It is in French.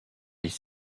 les